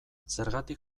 zergatik